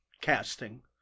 casting